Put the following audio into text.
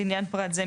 לעניין פרט זה,